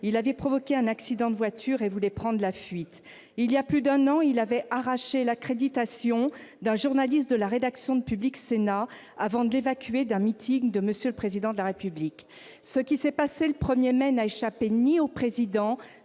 il avait provoqué un accident de voiture et voulait prendre la fuite. Il y a plus d'un an, il a arraché l'accréditation d'un journaliste de la rédaction de avant de l'évacuer d'un meeting de M. le Président de la République. Ce qui s'est passé le 1 mai n'a échappé ni au Président